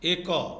ଏକ